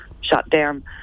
shutdown